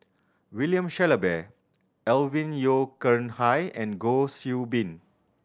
William Shellabear Alvin Yeo Khirn Hai and Goh Xiu Bin